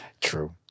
True